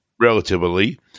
relatively